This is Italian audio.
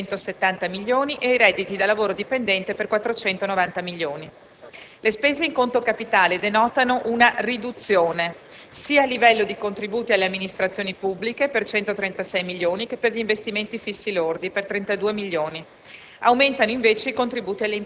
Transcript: ai consumi intermedi per 670 milioni e ai redditi da lavoro dipendente per 490 milioni. Le spese in conto capitale denotano una riduzione, sia a livello di contributi alle amministrazioni pubbliche, per 136 milioni, che per gli investimenti fissi lordi, per 32 milioni;